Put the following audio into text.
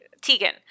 Tegan